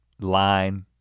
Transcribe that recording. line